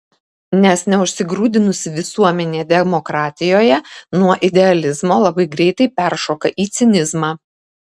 nes neužsigrūdinusi visuomenė demokratijoje nuo idealizmo labai greitai peršoka į cinizmą